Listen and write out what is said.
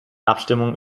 abstimmung